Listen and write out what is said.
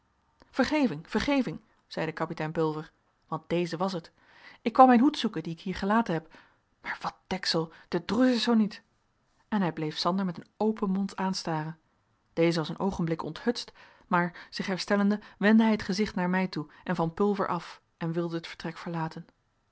vergeving vergeving zeide kapitein pulver want deze was het ik kwam mijn hoed zoeken dien ik hier gelaten heb maar wat deksel de droes is zoo niet en hij bleef sander met een open mond aanstaren deze was een oogenblik onthutst maar zich herstellende wendde hij het gezicht naar mij toe en van pulver af en wilde het vertrek verlaten